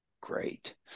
great